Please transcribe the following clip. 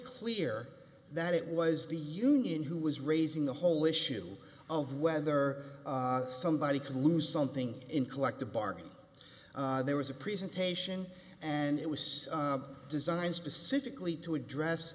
clear that it was the union who was raising the whole issue of whether somebody could lose something in collective bargaining there was a presentation and it was designed specifically to address